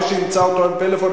מי שאמצא אותו עם פלאפון,